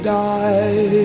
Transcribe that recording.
die